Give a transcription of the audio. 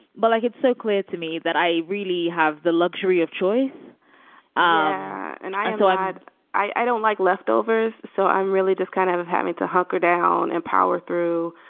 but like it's so clear to me that i really have the luxury of choice ah and so i had i dont like leftovers, so i'm really just kind of having to hunker down and power through